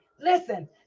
listen